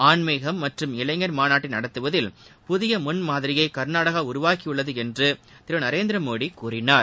ஆன்மீகம் மற்றும் இளைஞர் மாநாட்டை நடத்துவதில் புதிய முன்மாதிரியை கர்நாடகா உருவாக்கியுள்ளது என்று திரு நரேந்திர மோடி கூறினார்